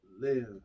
live